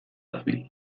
dabil